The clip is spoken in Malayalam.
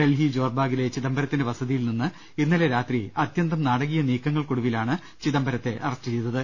ഡൽഹി ജോർബാഗിലെ ചിദംബരത്തിന്റെ വസതിയിൽനിന്ന് ഇന്നലെ രാത്രി അതൃന്തം നാടകീയ നീക്കങ്ങൾക്കൊടുവിലാണ് ചിദംബരത്തെ അറസ്റ്റ് ചെയ്തത്